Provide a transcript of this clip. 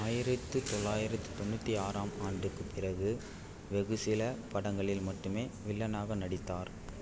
ஆயிரத்தி தொள்ளாயிரத்தி தொண்ணூற்றி ஆறாம் ஆண்டுக்குப் பிறகு வெகு சில படங்களில் மட்டுமே வில்லனாக நடித்தார்